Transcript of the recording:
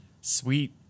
Sweet